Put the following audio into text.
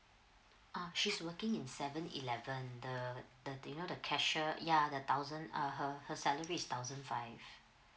ah she's working in seven eleven the the you know the cashier ya the thousand her her salary is thousand five